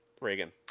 Reagan